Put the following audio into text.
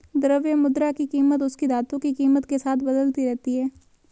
द्रव्य मुद्रा की कीमत उसकी धातु की कीमत के साथ बदलती रहती है